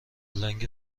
لنگ